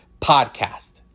podcast